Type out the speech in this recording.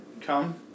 Come